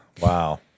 Wow